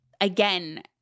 again